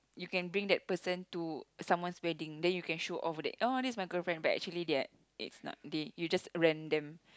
you can bring that person to someone's wedding then you can show off that oh it's my girlfriend but actually they are it's not you just rent them